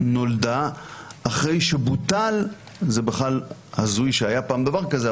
נולדה אחרי שבוטל זה הזוי שהיה פעם דבר כזה,